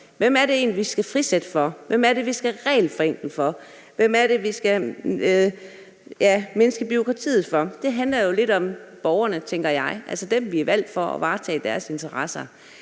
Hvem er det egentlig, vi skal frisætte for? Hvem er det, vi skal regelforenkle for? Hvem er det, vi skal mindske bureaukratiet for? Det handler jo lidt om borgerne, tænker jeg, altså dem, der har valgt os til at varetage deres interesser.